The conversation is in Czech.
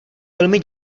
velmi